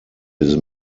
his